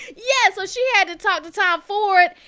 yeah. so she had to talk to tom ford,